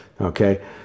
okay